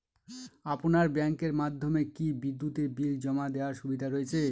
আপনার ব্যাংকের মাধ্যমে কি বিদ্যুতের বিল জমা দেওয়ার সুবিধা রয়েছে?